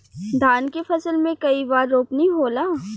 धान के फसल मे कई बार रोपनी होला?